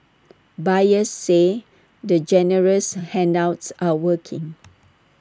buyers say the generous handouts are working